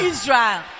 Israel